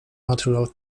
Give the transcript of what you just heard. natural